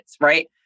right